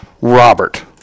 Robert